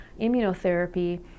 immunotherapy